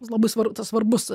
labai svar tas svarbus